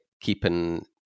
keeping